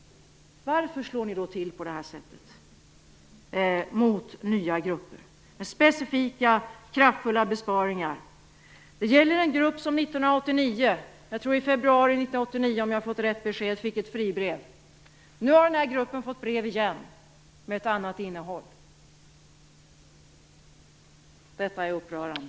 Varför slår ni då till på detta sätt mot nya grupper med specifika kraftfulla besparingar? Det gäller en grupp som i februari 1989, om jag har fått rätt besked, fick ett fribrev. Nu har den gruppen fått brev igen med ett annat innehåll. Detta är upprörande.